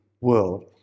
world